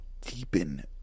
deepen